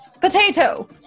Potato